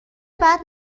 بعد